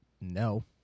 No